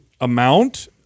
amount